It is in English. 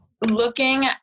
looking